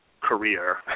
career